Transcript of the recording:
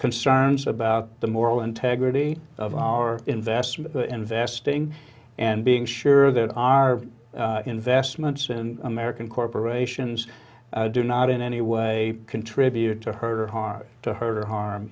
concerns about the moral integrity of our investment investing and being sure that our investments in american corporations do not in any way contribute to hurt or harm to hurt or harm